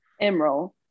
Emerald